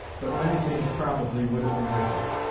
but many things, probably, would have been different.